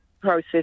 process